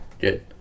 Good